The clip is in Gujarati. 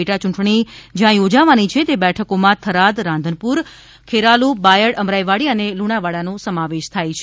પેટાયૂંટણી જ્યાં યોજાવાની છે તે બેઠકોમાં થરાદ રાધનપુર ખેરાલુ બાયડ અમરાઇવાડી લુણાવાડાનો સમાવેશ થાય છે